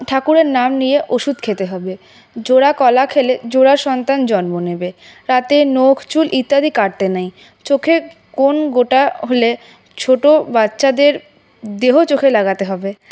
ঠাকুরের নাম নিয়ে ওষুধ খেতে হবে জোড়া কলা খেলে জোড়া সন্তান জন্ম নেবে রাতে নখ চুল ইত্যাদি কাটতে নেই চোখে কোন গোটা হলে ছোট বাচ্চাদের দেহ চোখে লাগাতে হবে